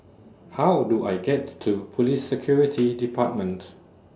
How Do I get to Police Security Command